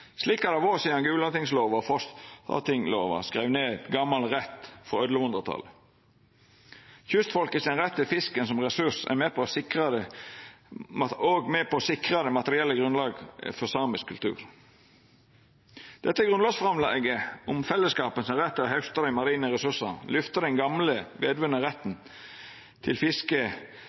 Slik har det vore sidan ein i Gulatingslova og Frostatingslova skreiv ned gamal rett på 1100-talet. Kystfolket sin rett til fisken som ressurs er òg med på å sikra det materielle grunnlaget for samisk kultur. Dette grunnlovsframlegget, om fellesskapets rett til å hausta av dei marine ressursane, lyfter den gamle hevdvunne retten til